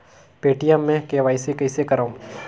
Paytm मे KYC कइसे करव?